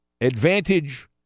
Advantage